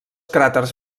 cràters